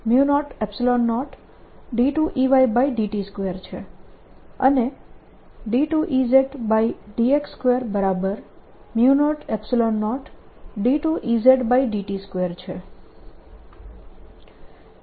પછી 2Eyx2002Eyt2 છે અને2Ezx2002Ezt2 છે